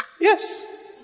Yes